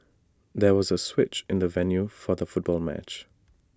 there was A switch in the venue for the football match